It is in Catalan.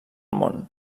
món